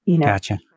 Gotcha